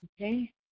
Okay